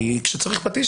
כשצריך פטיש,